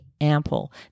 ample